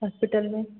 hospital में